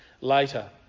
later